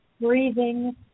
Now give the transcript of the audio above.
breathing